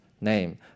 name